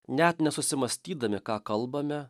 net nesusimąstydami ką kalbame